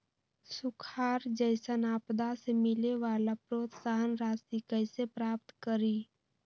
सुखार जैसन आपदा से मिले वाला प्रोत्साहन राशि कईसे प्राप्त करी?